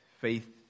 Faith